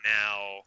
now